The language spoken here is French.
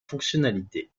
fonctionnalités